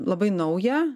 labai nauja